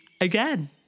again